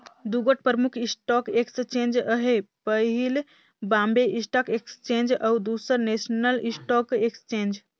दुगोट परमुख stock exchange अहे पहिल बॉम्बे स्टाक एक्सचेंज अउ दूसर नेसनल स्टॉक एक्सचेंज